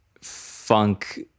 funk